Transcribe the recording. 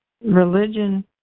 religion